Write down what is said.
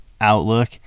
outlook